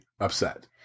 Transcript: upset